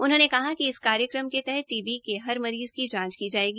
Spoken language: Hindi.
उन्होंने कहा कहा कि इस कार्यक्रम के तहत हर मरीज की जांच की जायेगी